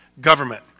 government